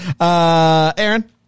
Aaron